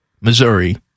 Missouri